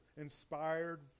inspired